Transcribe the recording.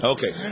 Okay